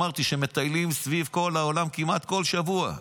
זה אנשים שמטיילים סביב כל העולם כמעט כל שבוע.